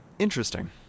Interesting